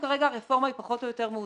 כרגע הרפורמה היא פחות או יותר מאוזנת,